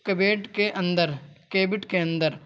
کے اندر کے اندر